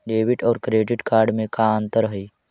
Debit और credit card में का अंतर हइ?